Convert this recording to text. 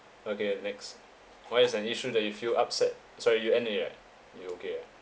okay next what is an issue that you feel upset sorry you end it yet you okay ah